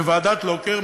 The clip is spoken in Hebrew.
בוועדת לוקר,